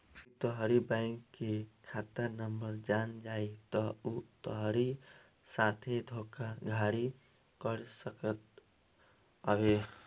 केहू तोहरी बैंक के खाता नंबर जान जाई तअ उ तोहरी साथे धोखाधड़ी कर सकत हवे